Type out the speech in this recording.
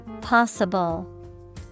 Possible